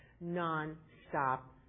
non-stop